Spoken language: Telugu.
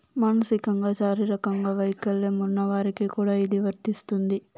మానసికంగా శారీరకంగా వైకల్యం ఉన్న వారికి కూడా ఇది వర్తిస్తుంది